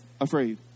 afraid